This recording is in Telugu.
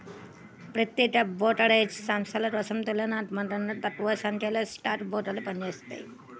ప్రత్యేక బ్రోకరేజ్ సంస్థల కోసం తులనాత్మకంగా తక్కువసంఖ్యలో స్టాక్ బ్రోకర్లు పనిచేత్తారు